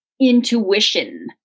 intuition